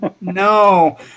No